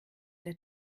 der